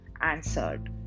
answered